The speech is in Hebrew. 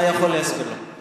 אתה יכול להסביר לו.